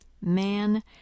Man